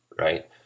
right